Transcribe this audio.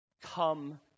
come